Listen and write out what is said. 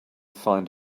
find